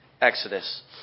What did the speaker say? Exodus